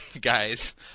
guys